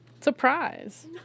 Surprise